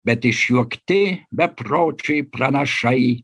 bet išjuokti bepročiai pranašai